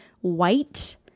White